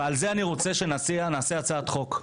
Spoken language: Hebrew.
ועל זה אני רוצה שנעשה הצעת חוק.